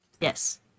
yes